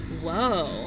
Whoa